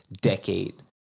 decade